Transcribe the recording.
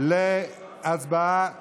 להצבעה שמית.